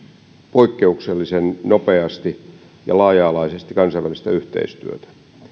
poikkeuksellisen nopeasti ja laaja alaisesti kansainvälistä yhteistyötä